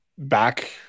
back